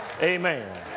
Amen